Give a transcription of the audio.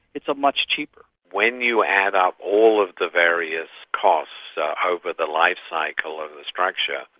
it's much cheaper. when you add up all of the various costs over the life cycle and of the structure,